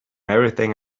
everything